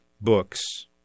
books